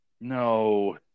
No